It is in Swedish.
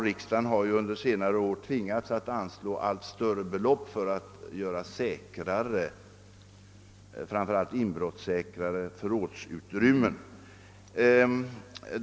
Riksdagen har ju under senare år tvingats anslå allt större belopp för att åstadkomma — framför allt med tanke på inbrottsriskerna — säkrare förrådsutrymmen.